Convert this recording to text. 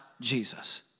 Jesus